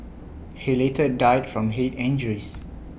he later died from Head injuries